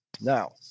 now